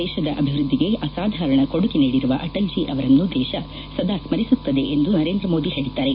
ದೇಶದ ಅಭಿವೃದ್ದಿಗೆ ಅಸಾಧಾರಣ ಕೊಡುಗೆ ನೀಡಿರುವ ಅಟಲ್ಜೀ ಅವರನ್ನು ದೇಶ ಸದಾ ಸ್ಕರಿಸುತ್ತದೆ ಎಂದು ನರೇಂದ್ರ ಮೋದಿ ಹೇಳಿದ್ದಾರೆ